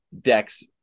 decks